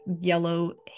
yellow